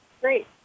Great